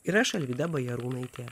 ir aš alvyda bajarūnaitė